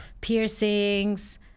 piercings